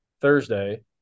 Thursday –